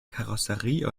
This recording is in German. karosserie